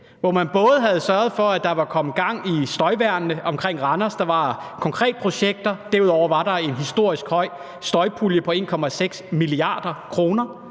ting. Man havde både sørget for, at der kom gang i støjværnene omkring Randers, der var konkrete projekter, og derudover var der en historisk høj støjpulje på 1,6 mia. kr.